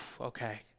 okay